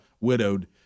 widowed